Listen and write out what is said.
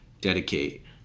dedicate